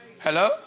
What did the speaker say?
Hello